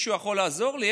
מישהו יכול לעזור לי?